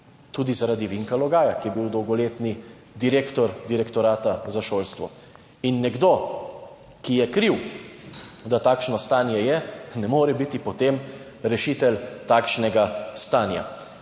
tudi zaradi Vinka Logaja, ki je bil dolgoletni direktor Direktorata za šolstvo in nekdo, ki je kriv, da takšno stanje je. Ne more biti potem rešitelj takšnega stanja.